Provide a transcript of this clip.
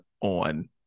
on